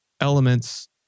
elements